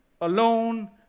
alone